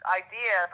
idea